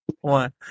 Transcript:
one